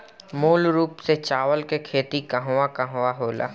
मूल रूप से चावल के खेती कहवा कहा होला?